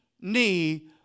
knee